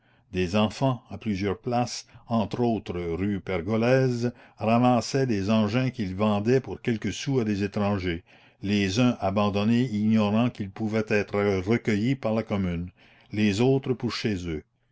des enfants à plusieurs places entre autres rue pergolèse ramassaient des engins qu'ils vendaient pour quelques sous à des étrangers les uns abandonnés ignorant qu'ils pouvaient être recueillis par la commune les autres pour la commune chez eux